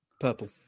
Purple